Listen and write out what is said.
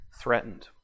threatened